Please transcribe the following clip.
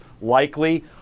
Likely